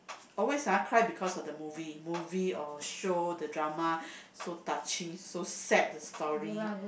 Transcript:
always ah cry because of the movie movie or show the drama so touching so sad the story